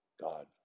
God